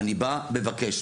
אני בא, מבקש.